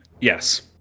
Yes